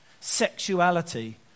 sexuality